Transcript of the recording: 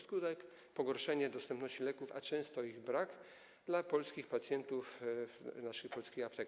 Skutek: pogorszenie dostępności leków, a często ich brak dla polskich pacjentów w naszych polskich aptekach.